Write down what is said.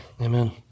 amen